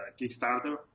Kickstarter